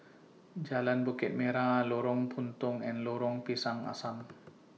Jalan Bukit Merah Lorong Puntong and Lorong Pisang Asam